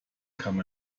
kam